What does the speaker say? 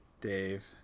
Dave